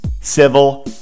civil